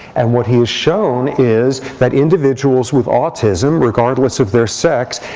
and what he has shown is that individuals with autism, regardless of their sex,